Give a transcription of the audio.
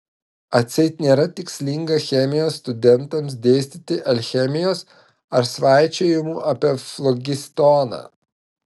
atseit nėra tikslinga chemijos studentams dėstyti alchemijos ar svaičiojimų apie flogistoną